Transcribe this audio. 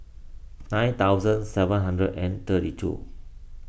nine thousand seven hundred and thirty two